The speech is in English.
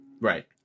Right